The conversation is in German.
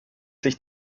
sich